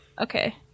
okay